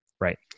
right